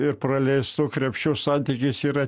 ir praleistu krepšiu santykis yra